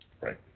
Right